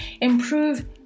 Improve